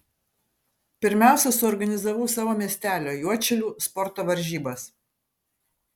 pirmiausia suorganizavau savo miestelio juodšilių sporto varžybas